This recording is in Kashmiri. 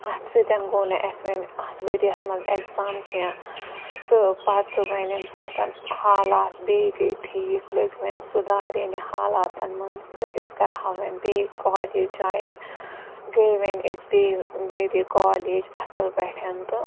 اَتھ سۭتۍ گوٚو نہٕ اَسہِ وۄنۍ اَتھ ؤرۍ یَس منٛز اٮ۪کزام کینٛہہ تہٕ پَتہٕ وۄنۍ ییٚمہِ ساتَن حالات بیٚیہِ گٔے ٹھیٖک لٔگۍ وۄنۍ سُدھار یِنہِ حالاتَن منٛز تہٕ أسۍ کَرٕہَو وۄنۍ بیٚیہِ کالیج جاین گٔے وۄنۍ أسۍ بیٚیہِ ؤریہِ کالیج اَصٕل پٲٹھۍ تہٕ